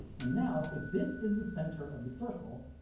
and now, if this is the center of the circle,